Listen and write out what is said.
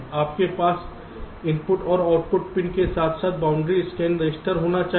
आपके पास इनपुट और आउटपुट पिन के साथ साथ बाउंड्री स्कैन रजिस्टर होना चाहिए